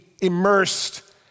immersed